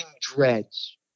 dreads